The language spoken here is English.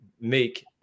make